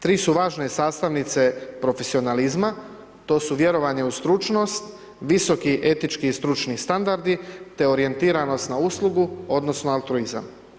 Tri su važne sastavnice profesionalizma, to su vjerovanje u stručnost, visoki etični i stručni standardi te orijentiranost na uslugu, odnosno, altruizam.